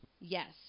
Yes